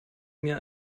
mir